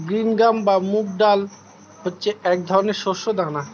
green gram বা মুগ ডাল হচ্ছে এক ধরনের শস্য দানা